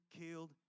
killed